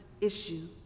issue